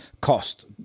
cost